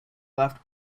left